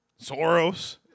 Soros